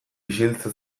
isiltze